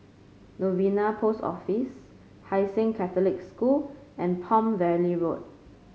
Novena Post Office Hai Sing Catholic School and Palm Valley Road